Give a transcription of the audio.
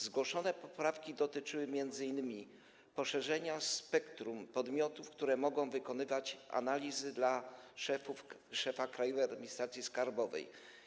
Zgłoszone poprawki dotyczyły m.in. poszerzenia spektrum podmiotów, które mogą wykonywać analizy dla szefa Krajowej Administracji Skarbowej.